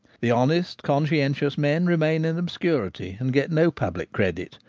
the honest conscientious men remain in obscurity and get no public credit,